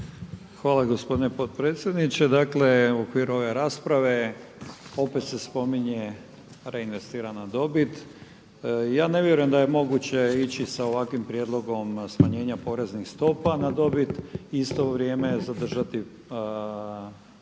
Hvala gospodine potpredsjedniče. Dakle u okviru ove rasprave opet se spominje reinvestirana dobit. Ja ne vjerujem da je moguće ići sa ovakvim prijedlogom smanjenja poreznih stopa na dobit i isto vrijeme zadržati ovu